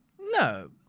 No